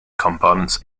components